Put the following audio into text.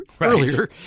earlier